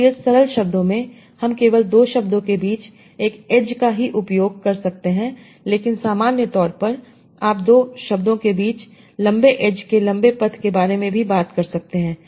इसलिए सरल शब्दों में हम केवल 2 शब्दों के बीच एक एड्ज का ही उपयोग कर सकते हैं लेकिन सामान्य तौर पर आप 2 शब्दों के बीच लंबे एड्ज के लंबे पथ के बारे में भी बात कर सकते हैं